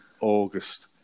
August